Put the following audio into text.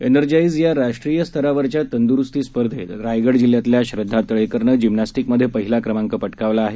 energise या राष्ट्रीय स्तरावरच्या तंद्रुस्ती स्पर्धेत रायगड जिल्ह्यातल्या श्रद्धा तळेकरनं जिमनॅस्टिकमधे पहिला क्रमांक पटकावला आहे